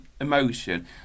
emotion